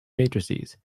matrices